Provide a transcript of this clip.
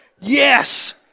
Yes